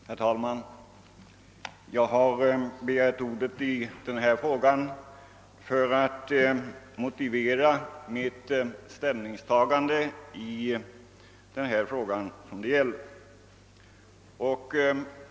Herr talman! Jag har begärt ordet för att motivera mitt ställningstagande i denna fråga.